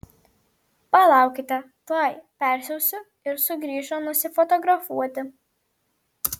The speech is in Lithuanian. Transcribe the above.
palaukite tuoj persiausiu ir sugrįšiu nusifotografuoti